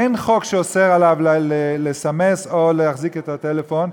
אין חוק שאוסר עליו לסמס או להחזיק את הטלפון.